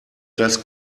das